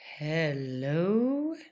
Hello